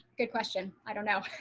good question. i don't know.